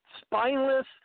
spineless